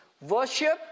Worship